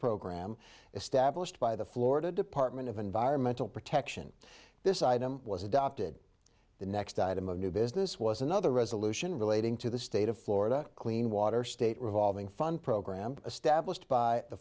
program established by the florida department of environmental protection this item was adopted the next item of new business was another resolution relating to the state of florida clean water state revolving fund program established by the